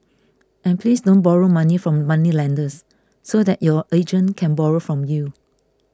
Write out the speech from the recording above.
and please don't borrow money from moneylenders so that your agent can borrow from you